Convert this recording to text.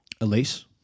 Elise